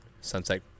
Sunset